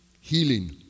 healing